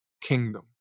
kingdom